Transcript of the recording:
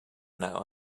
now